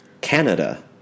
Canada